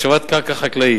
השבת קרקע חקלאית: